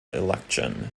election